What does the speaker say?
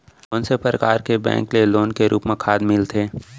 कोन से परकार के बैंक ले लोन के रूप मा खाद मिलथे?